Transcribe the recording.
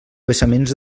vessaments